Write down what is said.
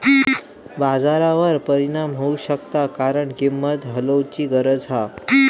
बाजारावर परिणाम होऊ शकता कारण किंमत हलवूची गरज हा